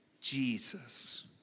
Jesus